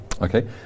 Okay